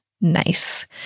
nice